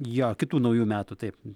jo kitų naujų metų taip